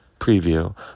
preview